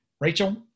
Rachel